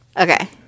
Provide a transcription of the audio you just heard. okay